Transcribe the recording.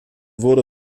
wurde